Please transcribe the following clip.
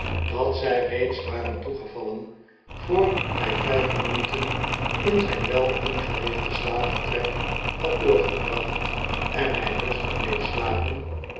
dat zij reeds waren toegevallen voor hij vijf minuten in zijn welingerichte slaapvertrek had doorgebracht en hij rustig bleef slapen